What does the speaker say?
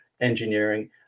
engineering